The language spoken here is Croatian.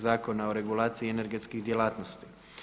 Zakona o regulaciji i energetskih djelatnosti.